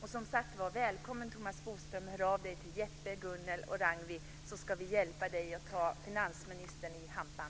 Som sagt var, Thomas Bodström, hör av dig till Jeppe, Ragnwi och Gunnel så ska vi hjälpa dig att ta finansministern i hampan!